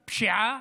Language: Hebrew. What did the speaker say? פשיעה,